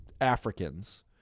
Africans